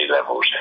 levels